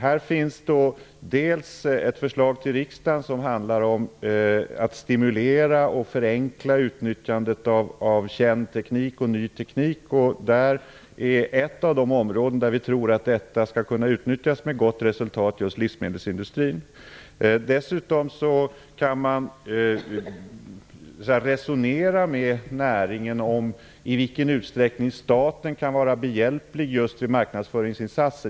Det finns ett förslag till riksdagen som handlar om att stimulera och förenkla utnyttjandet av känd och ny teknik. Ett av de områden där vi tror att detta skall kunna utnyttjas med gott resultat utgörs just av livsmedelsindustrin. Dessutom kan man resonera med näringen om i vilken utsträckning staten kan vara behjälplig just vid marknadsföringsinsatser.